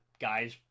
guys